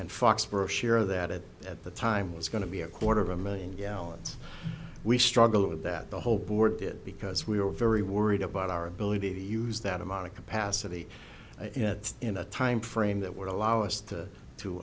and foxboro sure that it at the time was going to be a quarter of a million gallons we struggled with that the whole board did because we were very worried about our ability to use that amount of capacity in a timeframe that would allow us to to